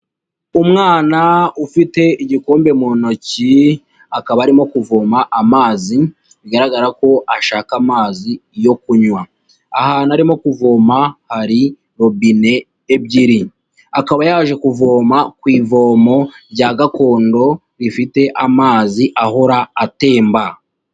Umwana ufite igikombe mu ntoki, akaba arimo kuvoma amazi, bigaragara ko ashaka amazi yo kunywa, ahantu arimo kuvoma, hari robine ebyiri, akaba yaje kuvoma ku ivomo rya gakondo, rifite amazi ahora atemba.